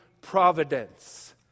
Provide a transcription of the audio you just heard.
providence